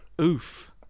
Oof